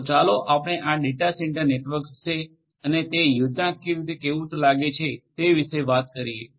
તો ચાલો આપણે આ ડેટા સેન્ટર નેટવર્ક્સ વિશે અને તે યોજનાકીય રીતે કેવું લાગે છે તે વિશે વાત કરીએ